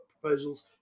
proposals